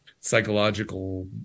psychological